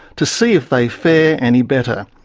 to see if they fare any better.